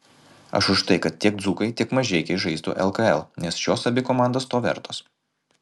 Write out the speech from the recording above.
aš už tai kad tiek dzūkai tiek mažeikiai žaistų lkl nes šios abi komandos to vertos